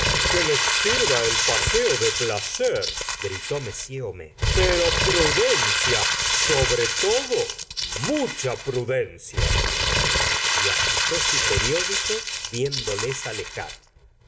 que les sirva el paseo de placergritó m homais pero prudencia sobre todo mucha prudencia y agité su periódico viéndoles alejar